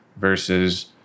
versus